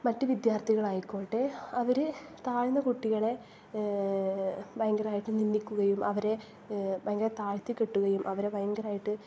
മറ്റ് വിദ്യാർഥികൾ ആയിക്കോട്ടെ അവർ താഴ്ന്ന കുട്ടികളെ ഭയങ്കരമായിട്ട് നിന്ദിക്കുകയും അവരെ ഭയങ്കര താഴ്ത്തി കെട്ടുകയും അവരെ ഭയങ്കരമായിട്ട്